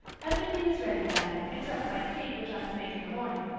everything is ready, diana, except my cake which i'm to make in the morning,